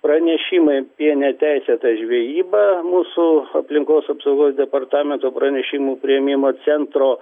pranešimai apie neteisėtą žvejybą mūsų aplinkos apsaugos departamento pranešimų priėmimo centro